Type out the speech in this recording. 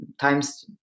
times